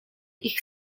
ich